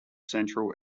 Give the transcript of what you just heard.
central